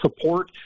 support